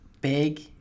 Big